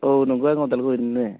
औ नोंगौ आं उदालगुरिनिनो